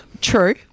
True